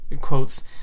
quotes